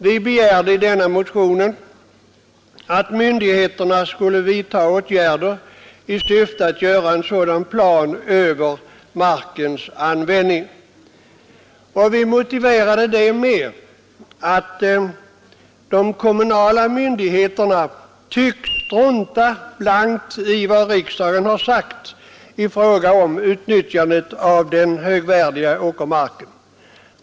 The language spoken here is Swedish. Vi begär i en av motionerna att myndigheterna skall vidta åtgärder i syfte att göra en sådan plan över markens användning. Vi motiverar det med att de kommunala myndigheterna tycks strunta blankt i vad riksdagen sagt i fråga om utnyttjandet av den högvärdiga åkermarken.